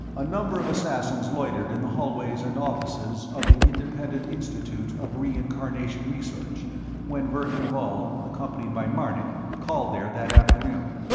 a number of assassins loitered in the hallways and offices of the independent institute of reincarnation research when verkan vall, accompanied by marnik, called there that afternoon.